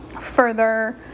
further